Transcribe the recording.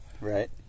right